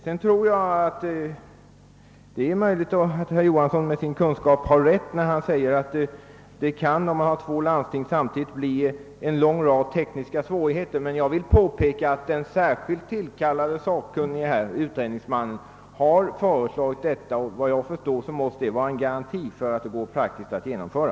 Vidare är det möjligt att herr Johansson med sin kunskap har rätt när han säger att det kan, om man har två landsting samtidigt, uppstå en lång rad tekniska svårigheter, men jag vill dock påpeka att den särskilt tillkallade sakkunnige utredningsmannen har föreslagit detta. Såvitt jag förstår måste det vara en garanti för att det går att praktiskt genomföra.